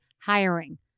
hiring